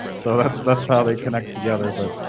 so that's that's how they connect together. but